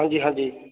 ਹਾਂਜੀ ਹਾਂਜੀ